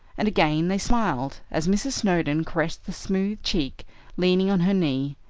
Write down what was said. and again they smiled, as mrs. snowdon caressed the smooth cheek leaning on her knee,